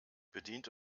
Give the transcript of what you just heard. bedient